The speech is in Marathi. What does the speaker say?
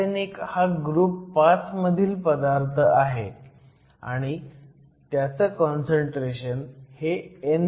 आर्सेनिक हा ग्रुप 5 मधील पदार्थ आहे आणि त्याचं काँसंट्रेशन हे ND आहे